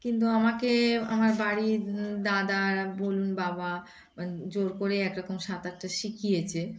কিন্তু আমাকে আমার বাড়ির দাদা বলুন বাবা জোর করে একরকম সাঁতারটা শিখিয়েছে